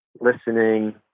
listening